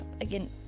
Again